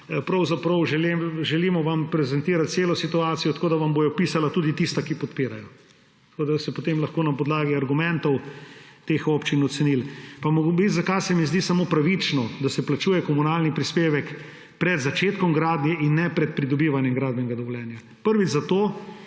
Pravzaprav vam želimo prezentirati celo situacijo, tako da vam bodo pisala tudi tista, ki podpirajo, in boste potem lahko na podlagi argumentov teh občin ocenili. Pa morda še, zakaj se mi zdi pravično, da se plačuje komunalni prispevek pred začetkom gradnje in ne pred pridobivanjem gradbenega dovoljenja. Prvič zato,